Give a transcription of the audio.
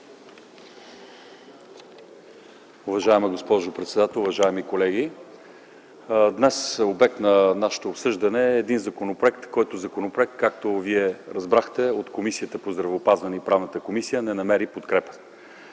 Уважаема госпожо председател, уважаеми колеги! Днес обект на нашето обсъждане е един законопроект, който, както разбрахте, от Комисията по здравеопазването и Правната комисия не намери подкрепа.